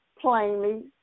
plainly